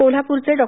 कोल्हापूरचे डॉ